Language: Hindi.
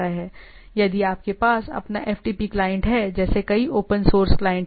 यदि आपके पास अपना FTP क्लाइंट है जैसे कई ओपन सोर्स क्लाइंट हैं